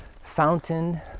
Fountain